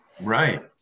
Right